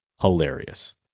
hilarious